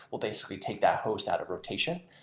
we'll basically take that host our rotation.